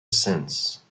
sense